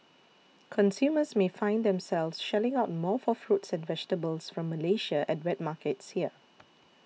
consumers may find themselves shelling out more for fruits and vegetables from Malaysia at wet markets here